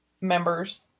members